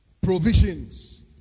Provisions